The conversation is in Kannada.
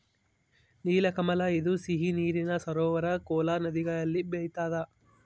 ನೀಲಕಮಲ ಇದು ಸಿಹಿ ನೀರಿನ ಸರೋವರ ಕೋಲಾ ನದಿಗಳಲ್ಲಿ ಬೆಳಿತಾದ